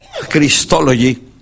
Christology